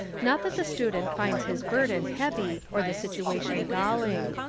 not that the student finds his burden heavy or the situation galling.